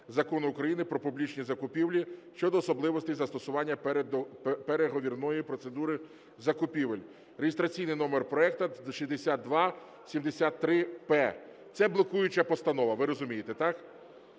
Закону України "Про публічні закупівлі" щодо особливостей застосування переговорної процедури закупівлі (реєстраційний номер проекту 6273-П). Це блокуюча постанова. Ви розумієте, так?